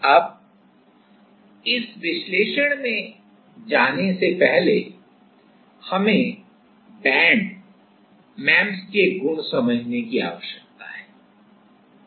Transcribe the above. अब इस विश्लेषण में जाने से पहले हमें बेंड एमईएमएस के गुण समझने की जरूरत है कि क्या हैं